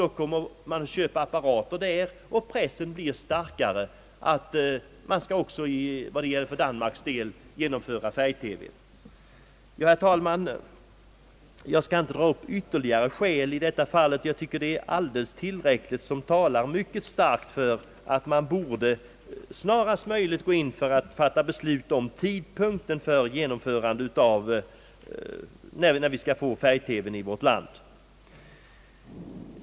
Då kommer man att köpa apparater i Danmark, och det blir en stark press att man också för Danmarks del skall genomföra färg-TV. Herr talman! Jag skall inte dra upp ytterligare skäl i detta fall. Jag tycker att det är alldeles tillräckligt mycket som talar för att man snarast möjligt borde fatta beslut om vid vilken tidpunkt vi skall få färg-TV i vårt land. Herr talman!